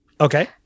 Okay